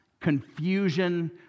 confusion